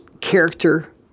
character